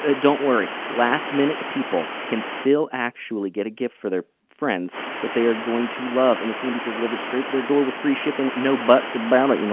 ah don't worry. last minute people can still actually get a gift for their friends that they are going to love. and it's gonna be delivered straight to their door with free shipping. no butts about it, you know